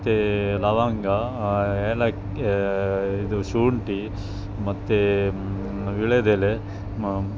ಮತ್ತು ಲವಂಗ ಏಲಕ್ಕಿ ಇದು ಶುಂಠಿ ಮತ್ತು ವೀಳ್ಯದೆಲೆ ಮ